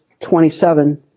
27